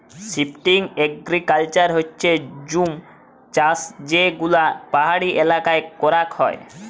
shifting agriculture হচ্যে জুম চাষযেগুলা পাহাড়ি এলাকায় করাক হয়